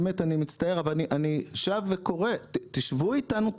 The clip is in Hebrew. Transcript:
באמת אני מצטער אבל אני שב וקורא תשבו איתנו,